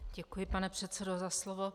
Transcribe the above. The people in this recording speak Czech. Děkuji, pane předsedo, za slovo.